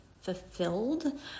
fulfilled